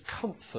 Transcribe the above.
comfort